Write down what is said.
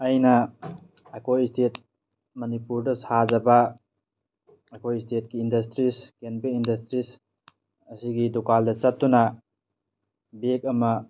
ꯑꯩꯅ ꯑꯩꯈꯣꯏ ꯏꯁꯇꯦꯠ ꯃꯅꯤꯄꯨꯔꯗ ꯁꯥꯖꯕ ꯑꯩꯈꯣꯏ ꯏꯁꯇꯦꯠꯀꯤ ꯏꯟꯗꯁꯇ꯭ꯔꯤꯖ ꯀꯦꯟ ꯕꯦꯛ ꯏꯟꯗꯁꯇ꯭ꯔꯤꯖ ꯑꯁꯤꯒꯤ ꯗꯨꯀꯥꯟꯗ ꯆꯠꯇꯨꯅ ꯕꯦꯛ ꯑꯃ